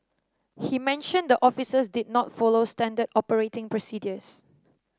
he mentioned the officers did not follow standard operating procedures